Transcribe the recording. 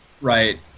Right